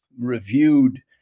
reviewed